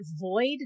void